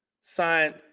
signed